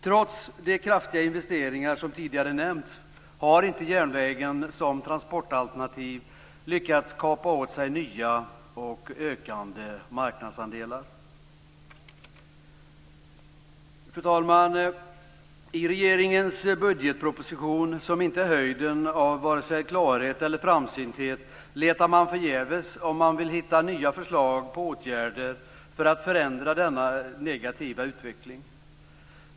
Trots de kraftiga investeringar som tidigare nämnts har järnvägen som transportalternativ inte lyckats kapa åt sig nya och ökande marknadsandelar. Fru talman! I regeringens budgetproposition, som inte är höjden av vare sig klarhet eller framsynthet, letar man förgäves om man vill hitta nya förslag på åtgärder för att förändra denna negativa utveckling.